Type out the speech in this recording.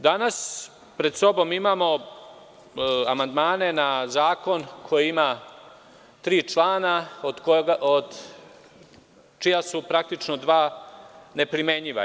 Danas pred sobom imamo amandmane na zakon koji ima tri člana, čija su praktično dva ne primenljiva.